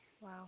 Wow